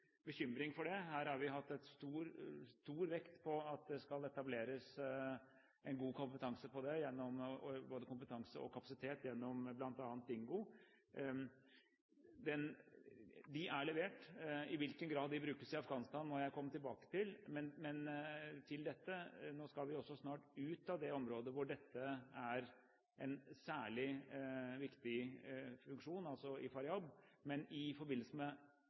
bekymring for det. Her har vi lagt stor vekt på at det skal etableres både god kompetanse og kapasitet gjennom bl.a. Dingo. De er levert. I hvilken grad de brukes i Afghanistan, må jeg komme tilbake til, men til dette: Nå skal vi også snart ut av det området hvor disse har en særlig viktig funksjon, altså i Faryab. Men i forbindelse med